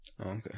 Okay